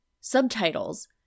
subtitles